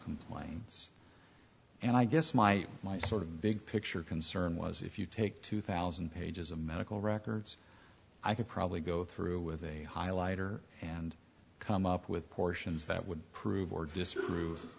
physical planes and i guess my my sort of big picture concern was if you take two thousand pages of medical records i could probably go through with a highlighter and come up with portions that would prove or disprove